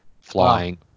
flying